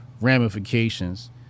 ramifications